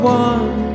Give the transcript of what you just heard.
one